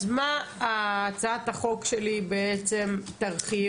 אז מה הצעת החוק שלי בעצם תרחיב?